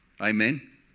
Amen